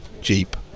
Jeep